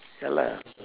ya lah